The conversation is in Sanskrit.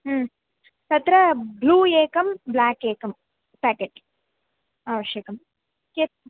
तत्र ब्लू एकं ब्लाक् एकं पेकेट् आवश्यकं कियत्